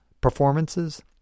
performances